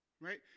right